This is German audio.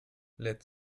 lädt